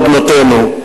על בנותינו,